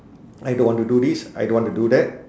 I don't want to do this I don't want to do that